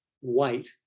white